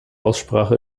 aussprache